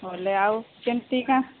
ବଲେ ଆଉ କେମିତି କା